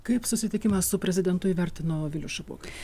kaip susitikimą su prezidentu įvertino vilius šapoka